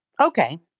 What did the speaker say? Okay